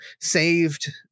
saved